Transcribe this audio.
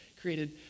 created